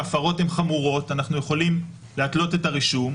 במקרים שההפרות הן חמורות אנחנו יכולים להתלות את הרישום,